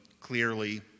clearly